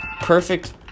Perfect